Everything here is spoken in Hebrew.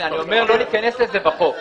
אני אומר, לא להיכנס לזה בחוק.